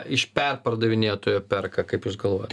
iš perpardavinėtojo perka kaip jūs galvojat